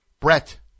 Brett